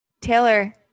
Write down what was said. Taylor